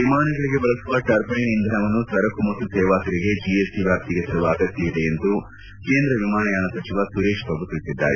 ವಿಮಾನಗಳಿಗೆ ಬಳಸುವ ಟರ್ಬೈನ್ ಇಂಧನವನ್ನು ಸರಕು ಮತ್ತು ಸೇವಾ ತೆರಿಗೆ ಜಿಎಸ್ಟಿ ವ್ಯಾಪ್ತಿಗೆ ತರುವ ಅಗತ್ಭವಿದೆ ಎಂದು ಕೇಂದ್ರ ವಿಮಾನಯಾನ ಸಚಿವ ಸುರೇಶ್ ಪ್ರಭು ತಿಳಿಸಿದ್ದಾರೆ